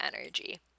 energy